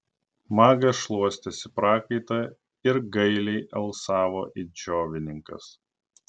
magas šluostėsi prakaitą ir gailiai alsavo it džiovininkas